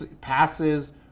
passes